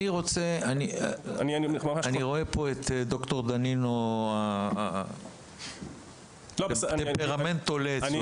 אני רואה פה את ד"ר דנינו, הטמפרמנט עולה אצלו